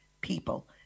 people